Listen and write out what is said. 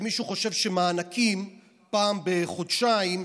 אם מישהו חושב שמענקים פעם בחודשיים,